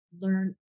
learn